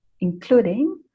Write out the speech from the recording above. including